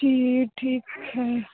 जी ठीक है